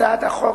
הצעת החוק,